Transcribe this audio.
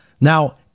Now